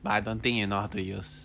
but I don't think you know how to use